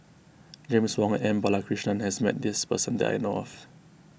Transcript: James Wong and M Balakrishnan has met this person that I know of